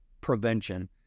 prevention